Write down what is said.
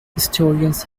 historians